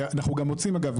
ואנחנו גם מוצאים אגב,